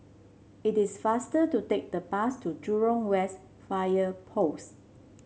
it is faster to take the bus to Jurong West Fire Post